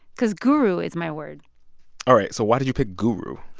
because guru is my word all right. so why did you pick guru?